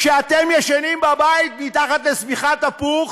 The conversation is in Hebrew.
כשאתם ישנים בבית מתחת לשמיכת הפוך,